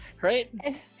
right